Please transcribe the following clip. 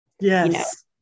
Yes